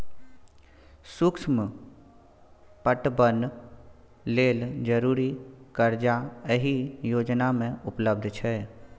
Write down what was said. सुक्ष्म पटबन लेल जरुरी करजा एहि योजना मे उपलब्ध छै